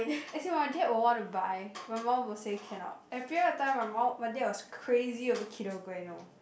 as in my dad were want to buy my mum were say cannot appear that time my mum my dad was crazy over Kinder Bueno